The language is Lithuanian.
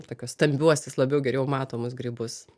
tokius stambiuosius labiau geriau matomus grybus